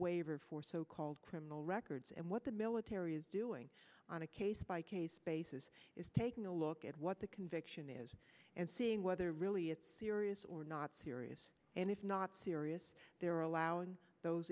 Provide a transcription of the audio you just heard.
waiver for so called criminal records and what the military is doing on a case by case basis is taking a look at what the conviction is and seeing whether really it's serious or not serious and if not serious they're allowing those